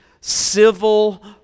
Civil